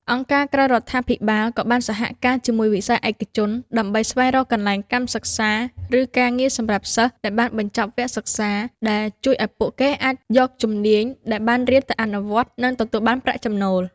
អង្គការក្រៅរដ្ឋាភិបាលក៏បានសហការជាមួយវិស័យឯកជន ដើម្បីស្វែងរកកន្លែងកម្មសិក្សា ឬការងារសម្រាប់សិស្សដែលបានបញ្ចប់វគ្គសិក្សា ដែលជួយឱ្យពួកគេអាចយកជំនាញដែលបានរៀនទៅអនុវត្ត និងទទួលបានប្រាក់ចំណូល។